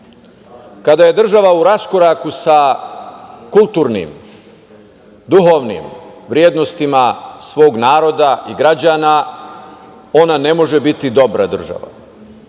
Kada je država u raskoraku sa kulturnim, duhovnim vrednostima svog naroda i građana ona ne može biti dobra država,